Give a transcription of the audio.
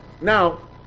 Now